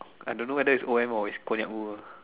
I don't know whether it's O_M or it's connect world